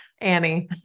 Annie